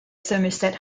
somerset